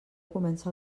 comença